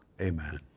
Amen